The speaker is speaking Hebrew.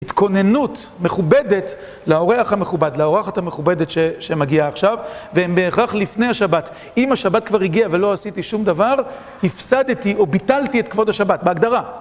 התכוננות מכובדת לאורח המכובד, לאורחת המכובדת שמגיעה עכשיו, והם בהכרח לפני השבת. אם השבת כבר הגיעה ולא עשיתי שום דבר, הפסדתי או ביטלתי את כבוד השבת, בהגדרה.